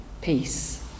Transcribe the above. peace